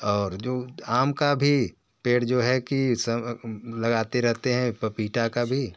और जो आम का भी पेड़ जो है कि सब लगाते रहते हैं पपीते का भी